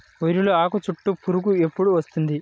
వరిలో ఆకుచుట్టు పురుగు ఎప్పుడు వస్తుంది?